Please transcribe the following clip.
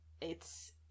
It's-